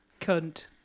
Cunt